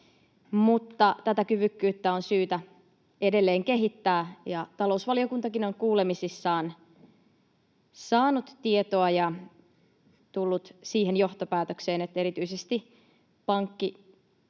tätä kyvykkyyttä on syytä edelleen kehittää. Talousvaliokuntakin on kuulemisissaan saanut tietoa ja tullut siihen johtopäätökseen, että erityisesti